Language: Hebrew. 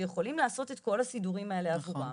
שיכולים לעשות את כל הסידורים האלה עבורם,